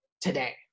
today